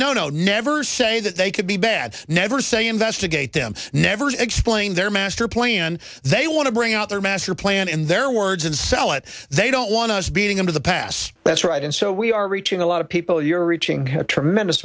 no no never say that they could be bad never say investigate them never explain their master plan they want to bring out their master plan in their words and sell it they don't want us beating them to the pass that's right and so we are reaching a lot of people you're reaching a tremendous